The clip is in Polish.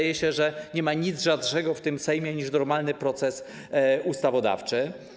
Wydaje się, że nie ma nic rzadszego w tym Sejmie niż normalny proces ustawodawczy.